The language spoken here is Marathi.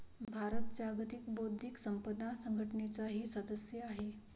भारत जागतिक बौद्धिक संपदा संघटनेचाही सदस्य आहे